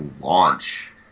launch